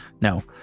No